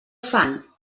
fan